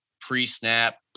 pre-snap